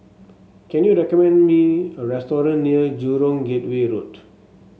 can you recommend me a restaurant near Jurong Gateway Road